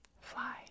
Fly